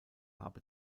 habe